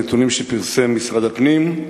נתונים שפרסם משרד הפנים,